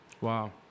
Wow